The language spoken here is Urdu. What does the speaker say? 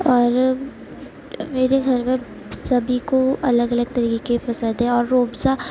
اور میرے گھر میں سبھی کو الگ الگ طریقے پسند ہیں اور روح افزا